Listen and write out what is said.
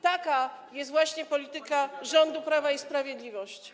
Taka jest właśnie polityka rządu Prawa i Sprawiedliwości.